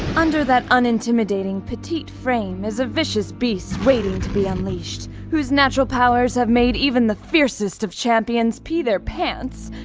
under that unintimidating petite frame is a vicious beast waiting to be unleashed, whose natural powers have made even the fiercest of champions pee their pants,